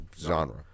genre